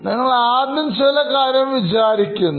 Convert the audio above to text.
നിങ്ങൾ ആദ്യം ചില കാര്യങ്ങൾ വിചാരിക്കുന്നു